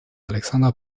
alexander